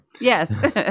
Yes